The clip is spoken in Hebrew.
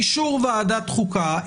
אישור ועדת חוקה,